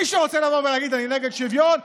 מי שרוצה לבוא ולהגיד: אני נגד שוויון,